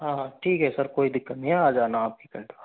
हाँ हाँ ठीक है सर कोई दिक्कत नहीं है आ जाना आपकी एक घंटे बाद